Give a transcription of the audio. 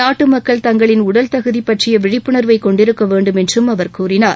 நாட்டுமக்கள் தங்களின் உடல்தகுதி பற்றிய விழிப்புணர்வை கொண்டிருக்க வேண்டும் என்றும் அவர் கூறினார்